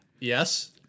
Yes